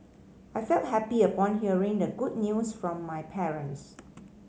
I felt happy upon hearing the good news from my parents